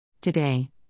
Today